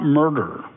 murder